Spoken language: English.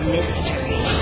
Mystery